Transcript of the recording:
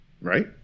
right